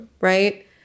right